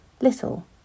Little